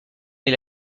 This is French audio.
est